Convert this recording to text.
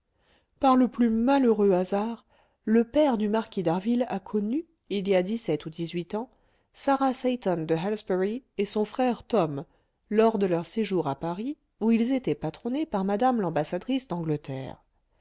par le plus malheureux hasard le père du marquis d'harville a connu il y a dix-sept ou dix-huit ans sarah seyton de halsbury et son frère tom lors de leur séjour à paris où ils étaient patronnés par mme l'ambassadrice d'angleterre